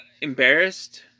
embarrassed